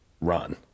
run